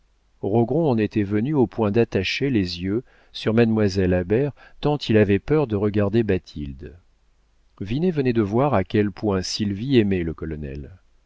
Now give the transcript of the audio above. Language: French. rogron en était venu au point d'attacher les yeux sur mademoiselle habert tant il avait peur de regarder bathilde vinet venait de voir à quel point sylvie aimait le colonel